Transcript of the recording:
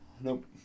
Nope